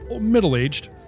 middle-aged